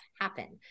happen